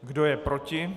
Kdo je proti?